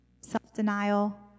self-denial